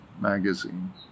magazine